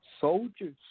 soldiers